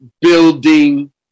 building